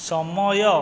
ସମୟ